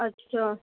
اچھا